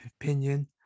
opinion